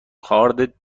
کارد